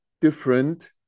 different